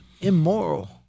immoral